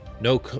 No